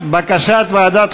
59 בעד,